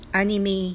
anime